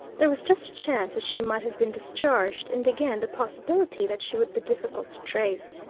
there was just a chance that she might have been discharged, and again the possibility that she would be difficult to trace.